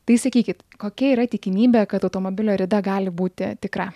tai sakykit kokia yra tikimybė kad automobilio rida gali būti tikra